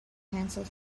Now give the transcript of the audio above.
canceled